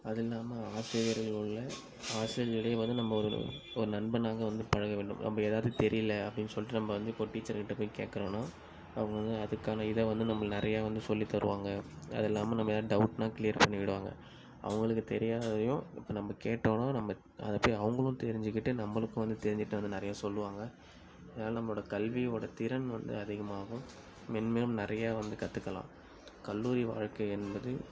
அதுல்லாமல் ஆசிரியர்களுக்குள்ளே ஆசிரியர்களே வந்து நம்ப ஒருலு ஒரு நண்பனாக வந்து பழக வேண்டும் அப்படி ஏதாவது தெரியலை அப்படின்னு சொல்லிட்டு நம்ப வந்து இப்போ ஒரு டீச்சருக்கிட்ட போய் கேட்கறோனா அப்போ வந்து அதற்கான இதை வந்து நம்பள் நிறையா வந்து சொல்லித் தருவாங்க அதுல்லாமல் நம்ம எதனா டௌட்னா கிளீயர் பண்ணி விடுவாங்க அவங்களுக்கு தெரியாததையும் இப்போ நம்ப கேட்டோனா நம்ப அதை போய் அவங்களும் தெரிஞ்சிக்கிட்டு நம்மளுக்கும் வந்து தெரிஞ்சிக்கிட்டு வந்து நிறைய சொல்லுவாங்க அதனால் நம்மளோட கல்வியோட திறன் வந்து அதிகமாகும் மென்மேலும் நிறையா வந்து கற்றுக்கலாம் கல்லூரி வாழ்க்கை என்பது